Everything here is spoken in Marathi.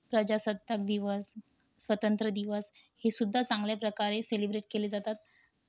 प्रजासत्ताक दिवस स्वतंत्र दिवस हे सुद्धा चांगल्याप्रकारे सेलिब्रेट केले जातात